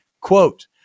Quote